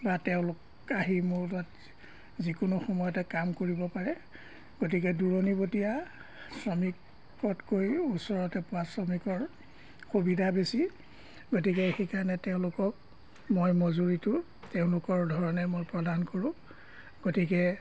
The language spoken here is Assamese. বা তেওঁলোক আহি মোৰ তাত যিকোনো সময়তে কাম কৰিব পাৰে গতিকে দূৰণিবতীয়া শ্ৰমিকতকৈ ওচৰতে পোৱা শ্ৰমিকৰ সুবিধা বেছি গতিকে সেইকাৰণে তেওঁলোকক মই মজুৰিটো তেওঁলোকৰ ধৰণে মই প্ৰদান কৰোঁ গতিকে